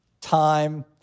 time